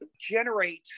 generate